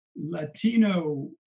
Latino